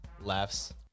laughs